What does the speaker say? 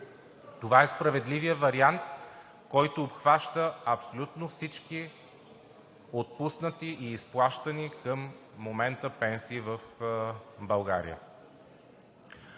Това е справедливият вариант, който обхваща абсолютно всички отпуснати и изплащани към момента пенсии в България.